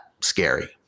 scary